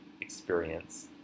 experience